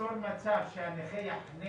ליצור מצב שהנכה יחנה